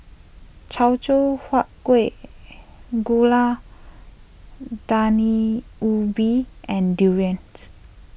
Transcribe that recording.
Teochew Huat Kuih Gulai Daun Ubi and Durians